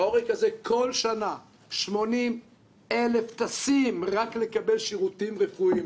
בעורק הזה כל שנה 80,000 טסים רק כדי לקבל שירותים רפואיים.